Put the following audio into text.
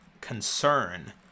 concern